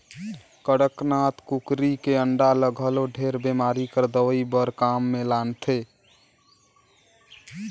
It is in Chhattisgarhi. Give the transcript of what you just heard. कड़कनाथ कुकरी के अंडा ल घलो ढेरे बेमारी कर दवई बर काम मे लानथे